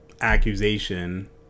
accusation